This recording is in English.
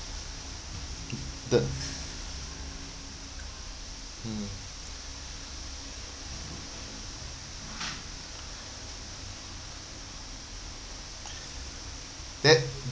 the mm that